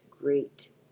great